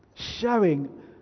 showing